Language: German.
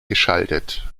geschaltet